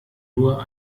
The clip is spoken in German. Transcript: nur